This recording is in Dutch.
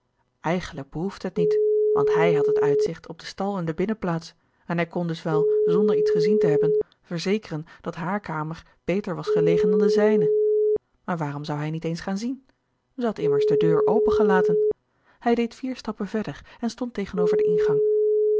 eigenlijk behoefde het niet want hij had het uitzicht op de stal en de binnenplaats en hij kon das wel zonder iets gezien te hebben verzekeren dat hare gerard keller het testament van mevrouw de tonnette kamer beter was gelegen dan de zijne maar waarom zou hij niet eens gaan zien zij had immers de deur open gelaten hij deed vier stappen verder en stond tegenover den ingang